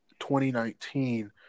2019